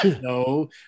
No